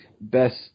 best